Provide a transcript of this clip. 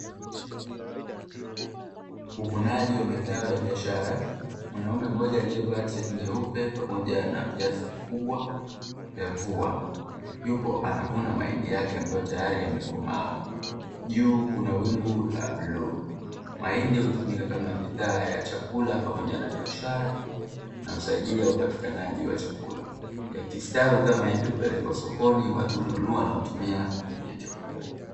Uvunaji wa mazao ya biashara, mwanaume mmoja aliyevaa tisheti nyeupe pamoja na viatu vikubwa vya mvua yupo anavuna mahindi yake ambayo tayari yamekomaa, juu kuna wingu la bluu. Mahindi hutumika kama bidhaa ya chakula pamoja na biashara, na husaidia upatikanaji wa chakula. Yakistawi kama hivi, hupelekwa sokoni, watu hununua na kuyatumia kwenye chakula.